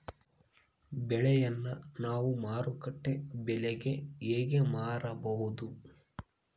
ಬೆಳೆಯನ್ನ ನಾವು ಮಾರುಕಟ್ಟೆ ಬೆಲೆಗೆ ಹೆಂಗೆ ಮಾರಬಹುದು?